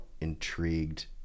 intrigued